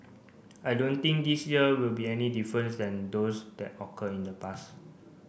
I don't think this year will be any difference than those that occur in the past